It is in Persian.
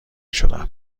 شدم